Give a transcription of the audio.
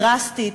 דרסטית,